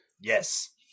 Yes